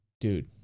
Dude